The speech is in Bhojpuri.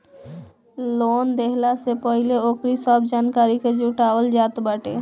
लोन देहला से पहिले ओकरी सब जानकारी के जुटावल जात बाटे